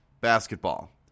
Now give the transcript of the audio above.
basketball